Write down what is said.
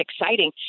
exciting